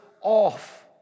off